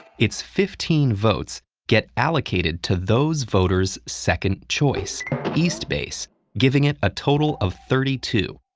its fifteen votes get allocated to those voters' second choice east base giving it a total of thirty two.